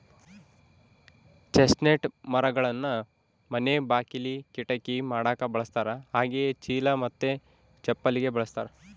chestnut ಮರಗಳನ್ನ ಮನೆ ಬಾಕಿಲಿ, ಕಿಟಕಿ ಮಾಡಕ ಬಳಸ್ತಾರ ಹಾಗೆಯೇ ಚೀಲ ಮತ್ತೆ ಚಪ್ಪಲಿಗೆ ಬಳಸ್ತಾರ